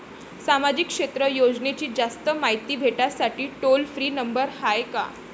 सामाजिक क्षेत्र योजनेची जास्त मायती भेटासाठी टोल फ्री नंबर हाय का?